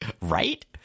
Right